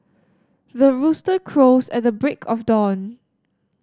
the rooster crows at the break of dawn